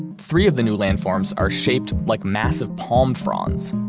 three of the new landforms are shaped like massive palm fronds.